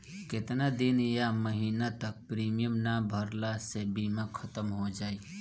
केतना दिन या महीना तक प्रीमियम ना भरला से बीमा ख़तम हो जायी?